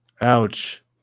ouch